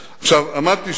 עמדתי שם